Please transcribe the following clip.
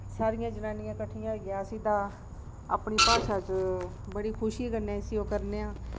सारियां जनानियां कट्ठियां होईयै अस एह्दा अपनी भाशा च बड़ी खुशी कन्नै ओह् करने आं